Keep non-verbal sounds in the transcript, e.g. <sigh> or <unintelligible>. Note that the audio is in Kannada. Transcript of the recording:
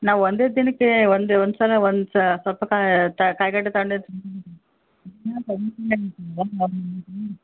ನಾವು ಒಂದೇ ದಿನಕ್ಕೆ ಒಂದು ಒಂದು ಸಲ ಒಂದು ಸೊಪ್ಪು ಕ ಕಾಯಿ ಗಡ್ಡೆ ತೊಗೊಂಡಿದ್ದು <unintelligible>